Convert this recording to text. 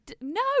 no